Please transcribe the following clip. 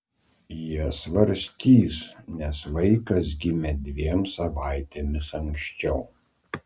jie svarstys nes vaikas gimė dviem savaitėmis anksčiau